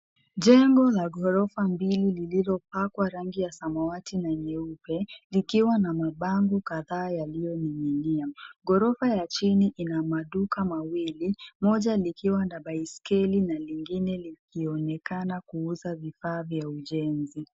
Jengo la ghorofa mbili lililopakwa rangi ya samawati na nyeupe likiwa na mabango kadhaa yaliyoning'inia . Ghorofa ya chini ina maduka mawili, moja likiwa la baiskeli na lingine likionekana kuuza vifaa vya ujenzi.